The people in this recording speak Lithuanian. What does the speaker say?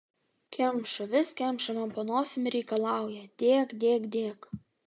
kemša vis kemša man po nosim ir reikalauja dėk dėk dėk